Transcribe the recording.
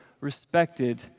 respected